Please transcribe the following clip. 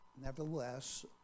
nevertheless